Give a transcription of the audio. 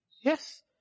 Yes